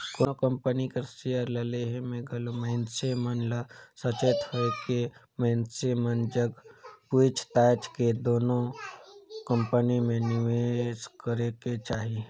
कोनो कंपनी कर सेयर ल लेहे में घलो मइनसे मन ल सचेत होएके मइनसे मन जग पूइछ ताएछ के कोनो कंपनी में निवेस करेक चाही